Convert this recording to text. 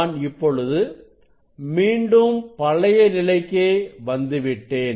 நான் இப்பொழுது மீண்டும் பழைய நிலைக்கே வந்துவிட்டேன்